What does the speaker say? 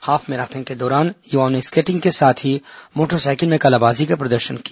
half marathon के दौरान युवाओं ने स्केटिंग के साथ ही मोटरसाइकिल में कलाबाजी का प्रदर्शन किया